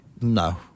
No